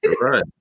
Right